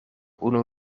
unu